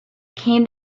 came